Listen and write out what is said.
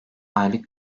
aylık